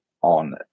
on